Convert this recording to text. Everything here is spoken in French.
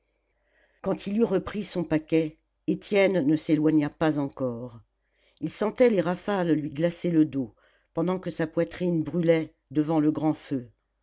quand il eut repris son paquet étienne ne s'éloigna pas encore il sentait les rafales lui glacer le dos pendant que sa poitrine brûlait devant le grand feu